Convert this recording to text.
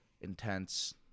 intense